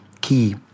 key